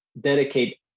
dedicate